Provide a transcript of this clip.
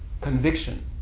conviction